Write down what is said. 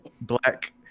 black